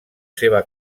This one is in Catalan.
seva